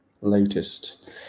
latest